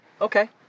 Okay